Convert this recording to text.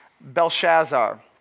Belshazzar